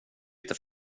lite